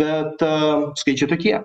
bet skaičiai tokie